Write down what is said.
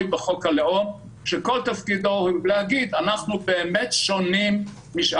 השנויים במחלוקת ואמרו: דרך השוויון,